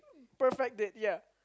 perfect date ya